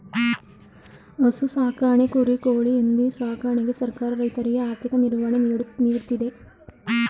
ಹಸು ಸಾಕಣೆ, ಕುರಿ, ಕೋಳಿ, ಹಂದಿ ಸಾಕಣೆಗೆ ಸರ್ಕಾರ ರೈತರಿಗೆ ಆರ್ಥಿಕ ನಿರ್ವಹಣೆ ನೀಡ್ತಿದೆ